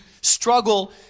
struggle